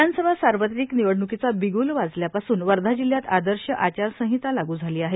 विधानसभा सार्वत्रिक निवडणूकीचा बिग्ल वाजल्यापासूनच वर्धा जिल्हयात आदर्श आचारसंहिता लागू झाली आहे